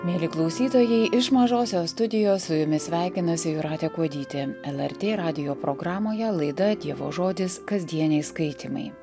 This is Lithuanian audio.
mieli klausytojai iš mažosios studijos su jumis sveikinasi jūratė kuodytė lrt radijo programoje laida dievo žodis kasdieniai skaitymai